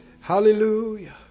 Hallelujah